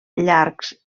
llargs